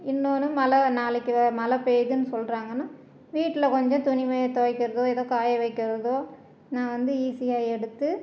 இன்னொன்று மழ நாளைக்கு மழ பெய்யுதுன்னு சொல்லுறாங்கன்னா வீட்டில் கொஞ்சம் துணிமணி துவைக்கிறதோ எதோ காய வைக்கிறதோ நான் வந்து ஈஸியாக எடுத்து